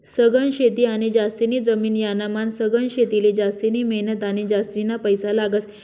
सघन शेती आणि जास्तीनी जमीन यानामान सधन शेतीले जास्तिनी मेहनत आणि जास्तीना पैसा लागस